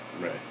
Right